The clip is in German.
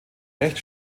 recht